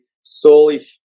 solely